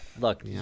Look